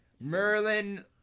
Merlin